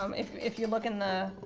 um if if you look in the